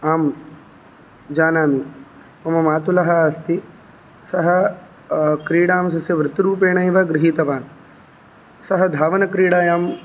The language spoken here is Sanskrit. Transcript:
आं जानामि मम मातुलः अस्ति सः क्रीडां तस्य वृत्तिरूपेणैव गृहीतवान् सः धावनक्रीडायां